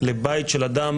לבית של אדם,